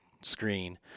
screen